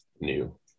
new